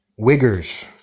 wiggers